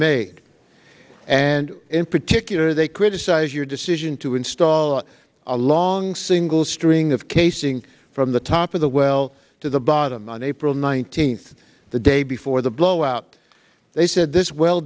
made and in particular they criticize your decision to install a long single string of casing from the top of the well to the bottom on april nineteenth the day before the blowout they said this well